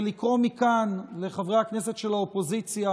ולקרוא מכאן לחברי הכנסת של האופוזיציה,